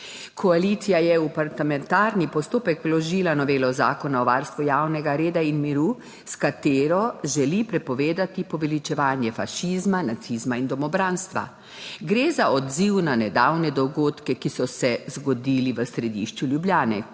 Koalicija je v parlamentarni postopek vložila novelo Zakona o varstvu javnega reda in miru, s katero želi prepovedati poveličevanje fašizma, nacizma in domobranstva. Gre za odziv na nedavne dogodke, ki so se zgodili v središču Ljubljane,